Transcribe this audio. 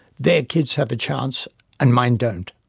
their kids have a chance and mine don't.